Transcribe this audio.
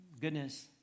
goodness